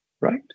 right